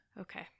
Okay